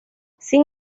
sin